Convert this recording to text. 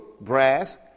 brass